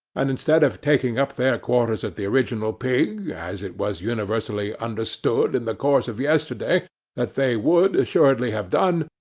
and, instead of taking up their quarters at the original pig, as it was universally understood in the course of yesterday that they would assuredly have done,